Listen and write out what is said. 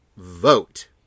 vote